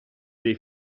dei